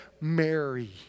Mary